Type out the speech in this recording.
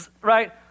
right